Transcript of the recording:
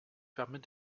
permet